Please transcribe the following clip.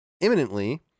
imminently